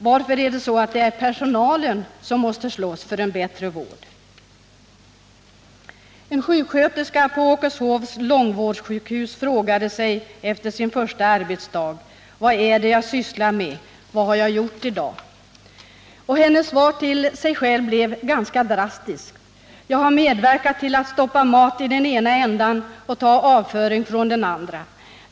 Varför är det personalen som måste slåss för en bättre vård? En sjuksköterska på Åkeshovs långvårdssjukhus frågade sig efter sin första arbetsdag: ” Vad är det jag sysslar med? Vad har jag gjort i dag?” Hennes svar till sig själv blev ganska drastiskt: ”Jag har medverkat till att stoppa mat i den ena ändan och ta avföring från den andra.